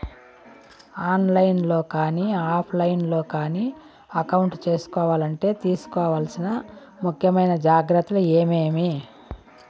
On line లో కానీ offline లో కానీ అకౌంట్ సేసుకోవాలంటే తీసుకోవాల్సిన ముఖ్యమైన జాగ్రత్తలు ఏమేమి?